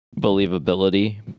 believability